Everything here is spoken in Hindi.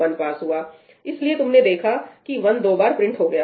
1 पास हुआ इसलिए तुमने देखा कि 1 दो बार प्रिंट हो गया